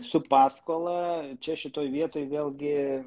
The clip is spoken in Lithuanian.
su paskola čia šitoj vietoj vėlgi